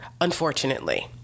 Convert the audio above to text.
unfortunately